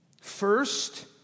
First